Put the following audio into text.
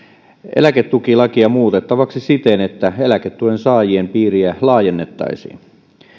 eläketukilakia muutettavaksi siten että eläketuen saajien piiriä laajennettaisiin